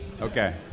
Okay